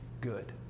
good